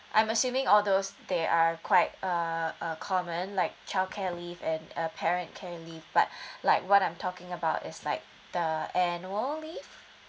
I'm assuming all those there are quite uh uh common like childcare leave and and parent care leave but like what I'm talking about is like the annual leave